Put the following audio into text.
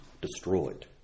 destroyed